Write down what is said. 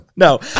No